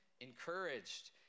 encouraged